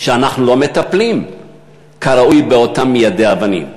שאנחנו לא מטפלים כראוי באותם מיידי אבנים.